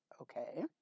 Okay